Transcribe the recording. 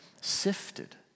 sifted